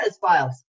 files